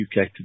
UK